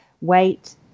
weight